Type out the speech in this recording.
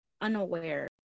unaware